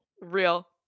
Real